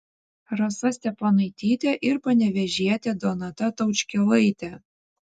rasa steponaitytė ir panevėžietė donata taučkėlaitė